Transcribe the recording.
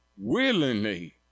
willingly